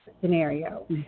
scenario